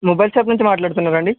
mobile shop నుంచి మాట్లాడుతున్నారా అండి